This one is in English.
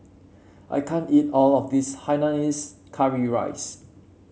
I can't eat all of this Hainanese Curry Rice